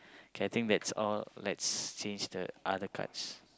okay that's all let's change the other cards